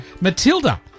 Matilda